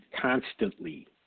constantly